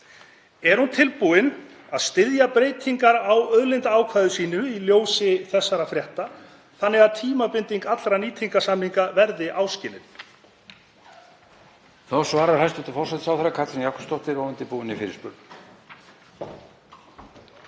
Er hún tilbúin að styðja breytingar á auðlindaákvæði sínu í ljósi þessara frétta þannig að tímabinding allrar nýtingarsamninga verði áskilin?